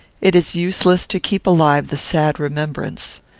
it is useless to keep alive the sad remembrance.